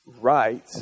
right